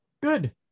Good